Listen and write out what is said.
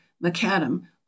Macadam